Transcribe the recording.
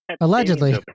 Allegedly